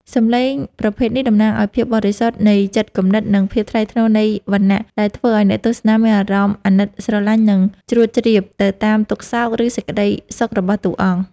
សំឡេងប្រភេទនេះតំណាងឱ្យភាពបរិសុទ្ធនៃចិត្តគំនិត និងភាពថ្លៃថ្នូរនៃវណ្ណៈ ដែលធ្វើឱ្យអ្នកទស្សនាមានអារម្មណ៍អាណិតស្រឡាញ់ និងជ្រួតជ្រាបទៅតាមទុក្ខសោក ឬសេចក្តីសុខរបស់តួអង្គ។